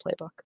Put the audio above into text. playbook